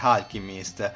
Alchemist